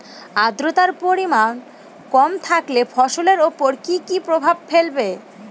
আদ্রর্তার পরিমান কম থাকলে ফসলের উপর কি কি প্রভাব ফেলবে?